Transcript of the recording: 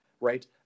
right